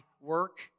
work